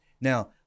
Now